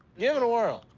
yeah and a whirl.